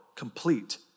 complete